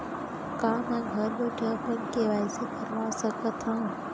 का मैं घर बइठे अपन के.वाई.सी करवा सकत हव?